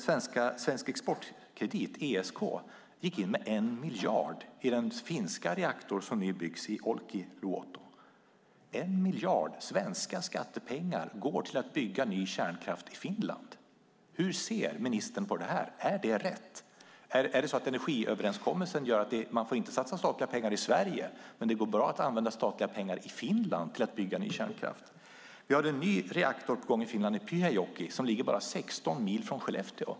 Svensk Exportkredit, SEK, gick in med 1 miljard i den finska reaktor som nu byggs i Olkiluoto. 1 miljard svenska skattepengar går till att bygga ny kärnkraft i Finland. Hur ser ministern på det? Är det rätt? Är det så att energiöverenskommelsen gör att man inte får satsa statliga pengar i Sverige men att det går bra att använda statliga pengar till att bygga ny kärnkraft i Finland? Vi har en ny reaktor på gång i Finland, i Pyhäjoki som ligger bara 16 mil från Skellefteå.